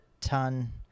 ton